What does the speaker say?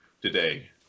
today